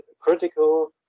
critical